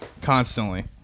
Constantly